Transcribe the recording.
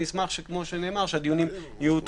אשמח שהדיונים יהיו תכופים.